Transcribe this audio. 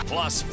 Plus